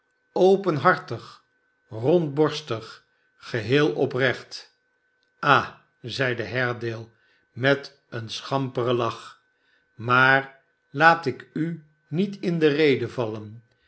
openhartig rondborstig geheel oprecht ah zeide haredale met een schamperen lach jmaar laat ik u niet in de rede vallen